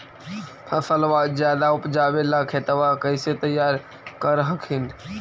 फसलबा ज्यादा उपजाबे ला खेतबा कैसे तैयार कर हखिन?